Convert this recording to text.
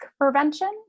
prevention